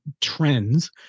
trends